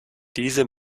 diese